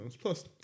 Plus